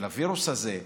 של הווירוס הזה.